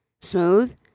smooth